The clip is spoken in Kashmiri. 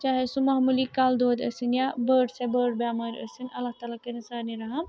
چاہے سُہ معموٗلی کَلہٕ دود ٲسِنۍ یا بٔڑ سے بٔڑ بیٚمٲرۍ ٲسِنۍ اللہ تعالیٰ کٔرِن سارنٕے رحم